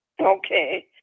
Okay